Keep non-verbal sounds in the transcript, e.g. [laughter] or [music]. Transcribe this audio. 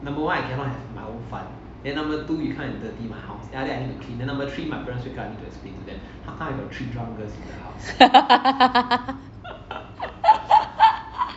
[laughs]